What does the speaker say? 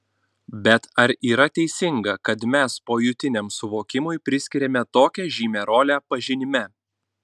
bet ar yra teisinga kad mes pojūtiniam suvokimui priskiriame tokią žymią rolę pažinime